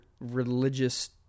religious